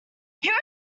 here